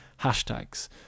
hashtags